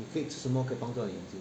你可以吃什么可帮到你眼睛